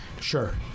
Sure